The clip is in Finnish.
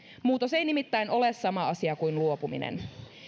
muutos ei nimittäin ole sama asia kuin luopuminen